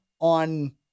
on